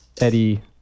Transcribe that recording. Eddie